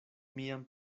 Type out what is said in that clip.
mian